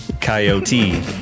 Coyote